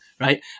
right